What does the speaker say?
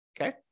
Okay